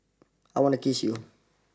I want to kiss you